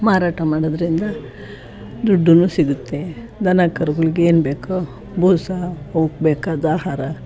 ಮಾರಾಟ ಮಾಡೋದರಿಂದ ದುಡ್ಡು ಸಿಗುತ್ತೆ ದನ ಕರುಗಳ್ಗೆ ಏನು ಬೇಕೋ ಬೂಸಾ ಅವಕ್ಕೆ ಬೇಕಾದ ಆಹಾರ